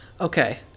Okay